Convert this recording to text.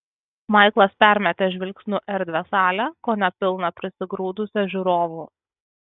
maiklas permetė žvilgsniu erdvią salę kone pilną prisigrūdusią žiūrovų